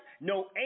no